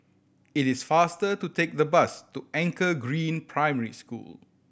it is faster to take the bus to Anchor Green Primary School